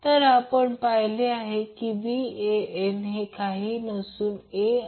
तर Zg 10 2 j 20 आणि RL आपल्याला 22